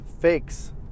Fakes